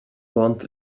aunt